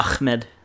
Ahmed